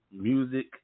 music